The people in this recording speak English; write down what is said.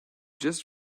just